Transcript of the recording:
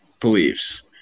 beliefs